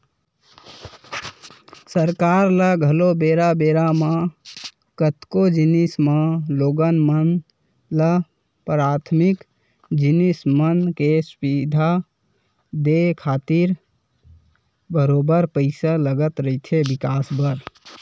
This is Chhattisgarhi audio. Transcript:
सरकार ल घलो बेरा बेरा म कतको जिनिस म लोगन मन ल पराथमिक जिनिस मन के सुबिधा देय खातिर बरोबर पइसा लगत रहिथे बिकास बर